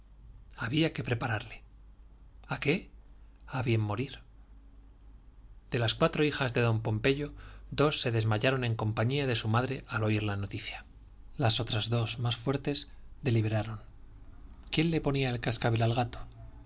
había que prepararle a qué a bien morir de las cuatro hijas de don pompeyo dos se desmayaron en compañía de su madre al oír la noticia las otras dos más fuertes deliberaron quién le ponía el cascabel al gato